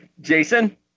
Jason